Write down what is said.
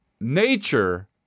Nature